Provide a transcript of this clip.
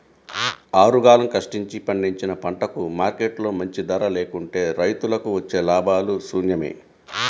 ఆరుగాలం కష్టించి పండించిన పంటకు మార్కెట్లో మంచి ధర లేకుంటే రైతులకు వచ్చే లాభాలు శూన్యమే